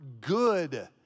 good